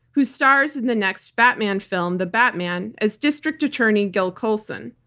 who stars in the next batman film, the batman, as district attorney gil colson.